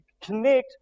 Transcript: connect